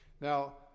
Now